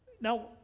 now